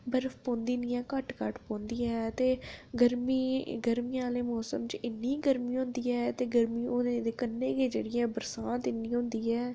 बर्फ पौंदी निं ऐ ते घट्ट घट्ट करियै पौंदी ऐ ते गर्मी गर्मियें आह्ले मौसम च इन्नी गर्मी होंदी ऐ ते गर्मी दे कन्नै बरसांत बी इन्नी होंदी ऐ